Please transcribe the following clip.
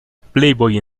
playboy